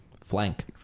Flank